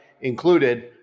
included